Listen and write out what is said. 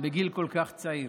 בגיל כל כך צעיר.